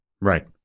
Right